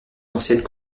anciennes